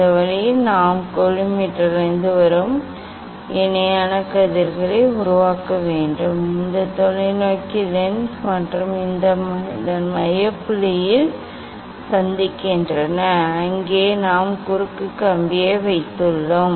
இந்த வழியில் நாம் கோலிமேட்டரிலிருந்து வரும் இணையான கதிர்களை உருவாக்க வேண்டும் இங்கே இந்த இணையான கதிர்கள் நுழைகின்றன இந்த தொலைநோக்கி லென்ஸ் மற்றும் அவை இதன் மைய புள்ளியில் சந்திக்கின்றன அங்கே நாம் குறுக்கு கம்பியை வைத்துள்ளோம்